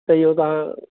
त इहो तव्हां